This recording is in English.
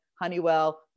Honeywell